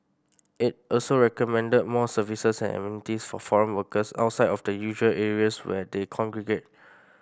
it also recommended more services and amenities for foreign workers outside of the usual areas where they congregate